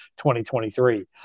2023